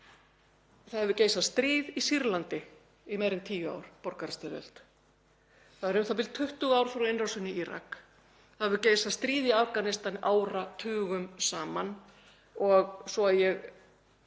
Það hefur geisað stríð í Sýrlandi í meira en tíu ár, borgarastyrjöld. Það eru u.þ.b. 20 ár frá innrásinni í Írak. Það hefur geisað stríð í Afganistan áratugum saman. Án